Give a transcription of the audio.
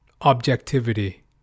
objectivity